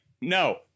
no